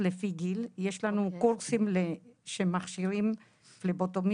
כלומר פרמדיק שיש לו הכשרה של פלבוטומיסט,